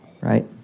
right